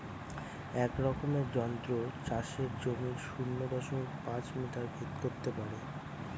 এক রকমের যন্ত্র চাষের জমির শূন্য দশমিক পাঁচ মিটার ভেদ করত পারে